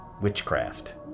witchcraft